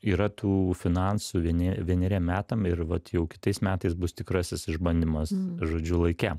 yra tų finansų vieni vieneriem metam ir vat jau kitais metais bus tikrasis išbandymas žodžiu laike